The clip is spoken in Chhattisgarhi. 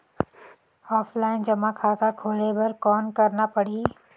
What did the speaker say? ऑफलाइन जमा खाता खोले बर कौन करना पड़ही?